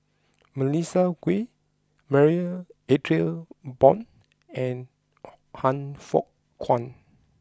Melissa Kwee Marie Ethel Bong and Han Fook Kwang